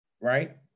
right